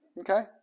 Okay